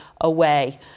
away